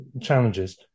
challenges